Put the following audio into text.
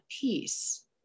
peace